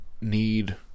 need